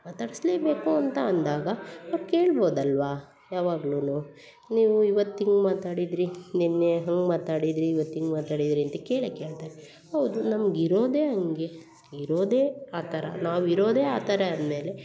ಮಾತಾಡಿಸ್ಲೇ ಬೇಕು ಅಂತ ಅಂದಾಗ ಹೋಗಿ ಕೇಳ್ಬೋದಲ್ವ ಯಾವಾಗ್ಲೂ ನೀವು ಈವತ್ತು ಹಿಂಗೆ ಮಾತಾಡಿದ್ರಿ ನಿನ್ನೆ ಹಂಗೆ ಮಾತಾಡಿದ್ರಿ ಈವತ್ತು ಹಿಂಗೆ ಮಾತಾಡಿದ್ರಿ ಅಂತ ಕೇಳೇ ಕೇಳ್ತಾರೆ ಹೌದು ನಮ್ಗೆ ಇರೋದೆ ಹಾಗೆ ಇರೋದೆ ಆ ಥರ ನಾವು ಇರೋದೆ ಆ ಥರ ಅಂದ್ಮೇಲೆ